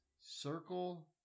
Circle